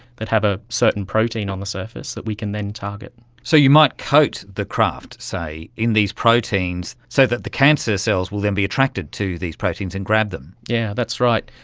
that have a certain protein on the surface that we can then target. so you might coat the craft, say, in these proteins so that the cancer cells will then be attracted to these proteins and grab them. yes, yeah that's right,